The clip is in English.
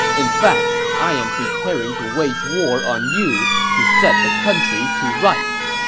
in fact, i am preparing to wage war on you to set the country to rights.